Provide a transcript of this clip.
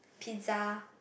pizza